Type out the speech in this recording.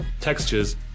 textures